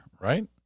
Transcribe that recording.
right